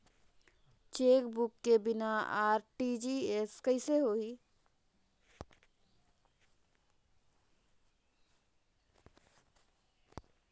Chequebook के बिना RTGS कइसे होही?